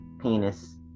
penis